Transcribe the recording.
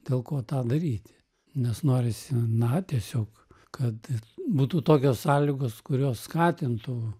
dėl ko tą daryti nes norisi na tiesiog kad būtų tokios sąlygos kurios skatintų